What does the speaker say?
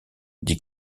dit